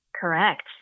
Correct